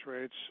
rates